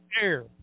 air